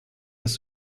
das